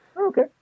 Okay